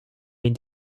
been